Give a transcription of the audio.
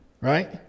Right